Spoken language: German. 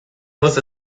muss